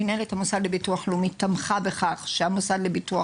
מנהלת המוסד לביטוח לאומי תמכה בכך שהמוסד לביטוח